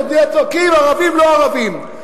ערבים לא ערבים,